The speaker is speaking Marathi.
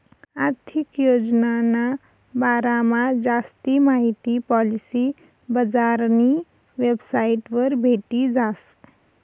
आर्थिक योजनाना बारामा जास्ती माहिती पॉलिसी बजारनी वेबसाइटवर भेटी जास